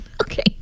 Okay